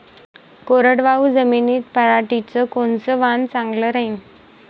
कोरडवाहू जमीनीत पऱ्हाटीचं कोनतं वान चांगलं रायीन?